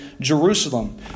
Jerusalem